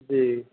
जी